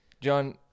John